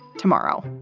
tomorrow